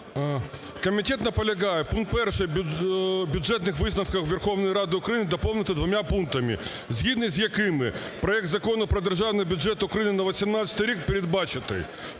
Комітет наполягає пункт перший бюджетних висновків Верховної Ради доповнити вдома пунктами, згідно з якими проект Закону про Державний бюджет на 2018 рік передбачити: